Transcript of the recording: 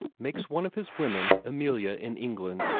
makes one of his women, emilia in england,